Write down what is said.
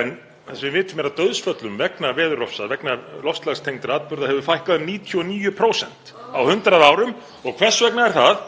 en það sem við vitum er að dauðsföllum vegna veðurofsa og loftslagstengdra atburða hefur fækkað um 99% á 100 árum. Og hvers vegna er það?